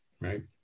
right